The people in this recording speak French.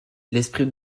l’esprit